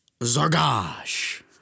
Zargash